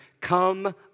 come